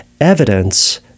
evidence